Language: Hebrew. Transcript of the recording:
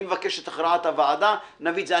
אני מבקש את הכרעת הוועדה נביא את זה.